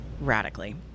Radically